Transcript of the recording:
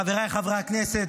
חבריי חברי הכנסת,